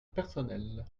personnel